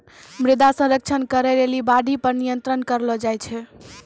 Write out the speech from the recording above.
मृदा संरक्षण करै लेली बाढ़ि पर नियंत्रण करलो जाय छै